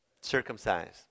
circumcised